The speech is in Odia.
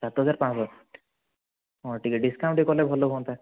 ସାତ ହଜାର ପାଞ୍ଚଶହ ଟିକିଏ ଡ଼ିସ୍କାଉଣ୍ଟ୍ ଟିକିଏ କଲେ ଭଲ ହୁଅନ୍ତା